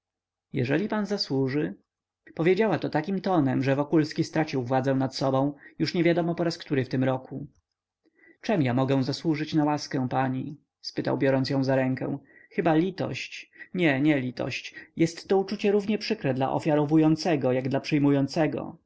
jeżeli pan zasłuży powiedziała to takim tonem że wokulski stracił władzę nad sobą już nie wiadomo po raz który w tym roku czem ja mogę zasłużyć na łaskę pani spytał biorąc ją za rękę chyba litość nie nie litość jest to uczucie równie przykre dla ofiarowującego jak i dla przyjmującego